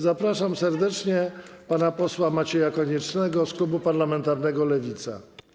Zapraszam serdecznie pana posła Macieja Koniecznego z klubu parlamentarnego Lewica.